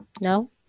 No